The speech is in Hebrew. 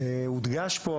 הודגש פה,